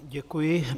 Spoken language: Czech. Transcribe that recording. Děkuji.